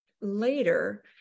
later